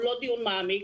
הוא לא דיון מעמיק,